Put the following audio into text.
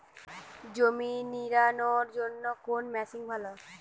জমি নিড়ানোর জন্য কোন মেশিন ভালো?